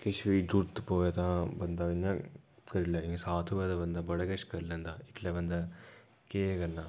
किश बी जरूरत पोऐ तां बन्दा इ'यै करी लैऐ साथ होऐ ते बन्दा बड़ा किश करी लैंदा इक्कलै बन्दा केह् करना